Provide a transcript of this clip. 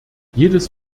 jedes